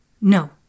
No